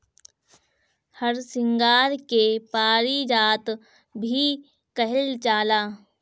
हरसिंगार के पारिजात भी कहल जाला